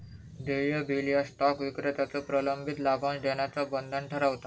देय बिल ह्या स्टॉक विक्रेत्याचो प्रलंबित लाभांश देण्याचा बंधन ठरवता